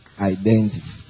Identity